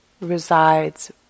resides